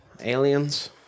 Aliens